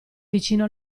vicino